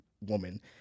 woman